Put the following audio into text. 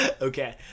Okay